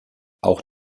auch